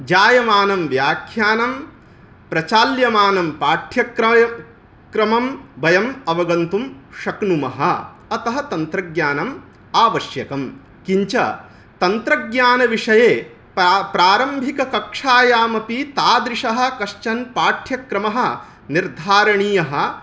जायमानं व्याख्यानं प्रचाल्यमानं पाठ्यक्रम क्रमं वयम् अवगन्तुं शक्नुमः अतः तन्त्रज्ञानम् आवश्यकं किञ्च तन्त्रज्ञानविषये प्रारम्भिककक्षायामपि तादृशः कश्चन पाठ्यक्रमः निर्धारणीयः